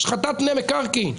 השחתת פני מקרקעין.